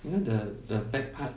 you know the the back part